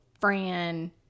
Fran